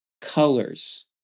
colors